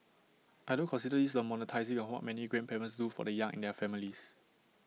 I don't consider this the monetising of what many grandparents do for the young in their families